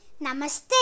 namaste